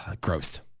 Gross